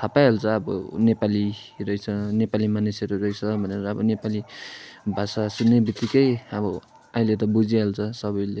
थाह पाइहाल्छ अब नेपाली रहेछ नेपाली मानिसहरू रहेछ भनेर अब नेपाली भाषा सुन्ने बित्तिकै अब अहिले त बुझिहाल्छ सबैले